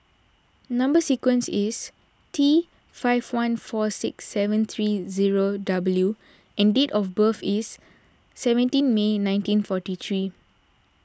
Number Sequence is T five one four six seven three zero W and date of birth is seventeen May nineteen forty three